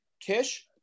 kish